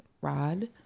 Rod